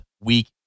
week